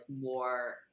more